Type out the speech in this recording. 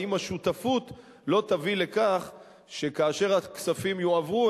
האם השותפות לא תביא לכך שכאשר הכספים יועברו,